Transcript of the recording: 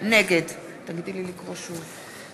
נגד תודה רבה.